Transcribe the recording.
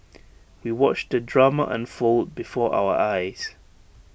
we watched the drama unfold before our eyes